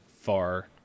far